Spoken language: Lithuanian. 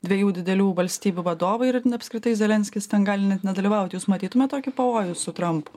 dviejų didelių valstybių vadovai ir apskritai zelenskis ten gali net nedalyvauti jūs matytumėt tokį pavojų su trampu